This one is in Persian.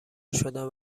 شدند